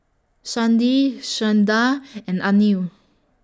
Chandi Sundar and Anil